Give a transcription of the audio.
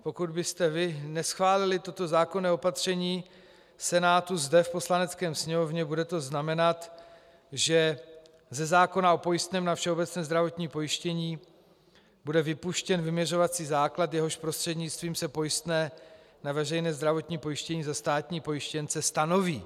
Pokud byste toto zákonné opatření Senátu zde v Poslanecké sněmovně neschválili, bude to znamenat, že ze zákona o pojistném na všeobecné zdravotním pojištění bude vypuštěn vyměřovací základ, jehož prostřednictvím se pojistné na veřejné zdravotní pojištění za státní pojištěnce stanoví.